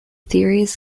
theories